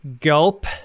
gulp